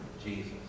Jesus